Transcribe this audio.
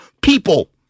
people